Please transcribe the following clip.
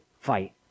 fight